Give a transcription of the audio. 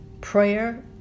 prayer